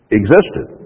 existed